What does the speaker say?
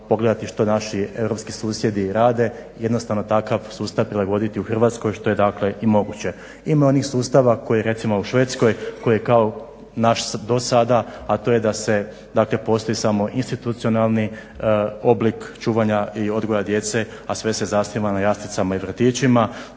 što naši europski susjedi rade, jednostavno takav sustav prilagoditi u Hrvatskoj što je dakle i moguće. Ima onih sustava koji recimo u Švedskoj koji kao naš do sada a to je da se dakle postoji samo institucionalni oblik čuvanja i odgoja djece a sve se zasniva na jaslicama i vrtićima,